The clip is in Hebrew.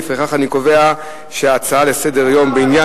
לפיכך אני קובע שההצעות לסדר-היום בעניין